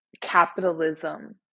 capitalism